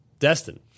Destin